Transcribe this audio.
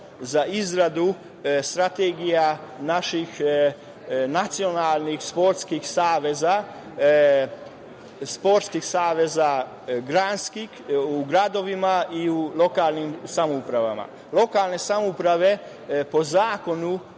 za izradu strategija naših nacionalnih sportskih saveza, granskih sportskih saveza, u gradovima i u lokalnim samoupravama. Lokalne samouprave, po zakonu,